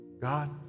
God